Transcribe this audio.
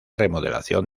remodelación